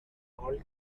all